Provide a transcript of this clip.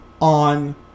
on